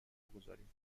بگذاریم